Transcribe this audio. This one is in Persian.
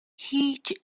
هیچ